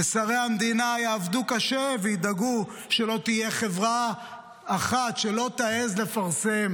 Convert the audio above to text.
ושרי המדינה יעבדו קשה וידאגו שלא תהיה חברה אחת שלא תעז לפרסם